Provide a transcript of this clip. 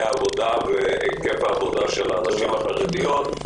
העבודה והיקף העבודה של הנשים החרדיות.